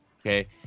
Okay